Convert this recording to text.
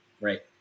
right